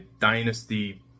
Dynasty